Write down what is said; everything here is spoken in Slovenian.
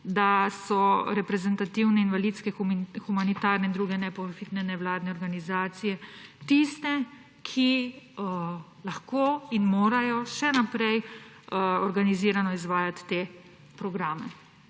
da so reprezentativne invalidske, humanitarne in druge neprofitne nevladne organizacije tiste, ki lahko in morajo še naprej organizirano izvajati te programe,